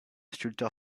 sculpteur